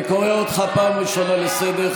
אני קורא אותך פעם ראשונה לסדר,